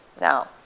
now